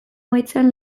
amaitzean